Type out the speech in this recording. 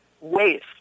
waste